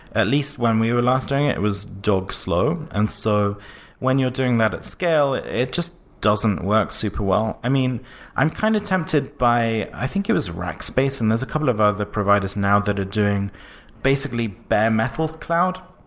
at least when we were last doing it, it was dog slow, and so when you're doing that at scale, it just doesn't work super well. i'm kind of tempted by i think it was rackspace, and there're a couple of other providers now that are doing basically bare metal cloud.